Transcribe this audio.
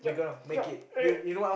job